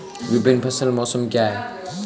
विभिन्न फसल मौसम क्या हैं?